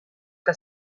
que